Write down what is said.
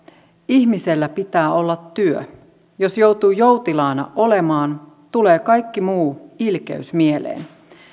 ihmisellä pitää olla työ jos joutuu joutilaana olemaan tulee kaikki muu ilkeys mieleen